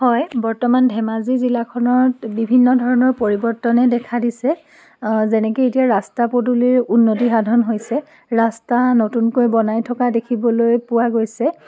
হয় বৰ্তমান ধেমাজি জিলাখনত বিভিন্ন ধৰণৰ পৰিৱৰ্তনে দেখা দিছে যেনেকৈ এতিয়া ৰাস্তা পদূলিৰ উন্নতি সাধন হৈছে ৰাস্তা নতুনকৈ বনাই থকা দেখিবলৈ পোৱা গৈছে